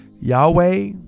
Yahweh